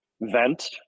vent